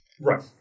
Right